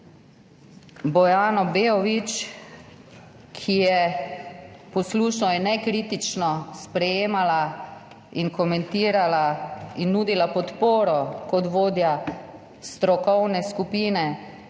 Bojano Beović, ki je poslušno in nekritično sprejemala in komentirala in nudila podporo kot vodja strokovne skupine